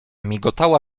migotała